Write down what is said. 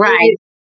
Right